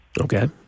Okay